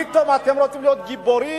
פתאום אתם רוצים להיות גיבורים.